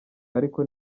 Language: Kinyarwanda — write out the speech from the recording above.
ariko